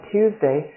Tuesday